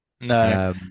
No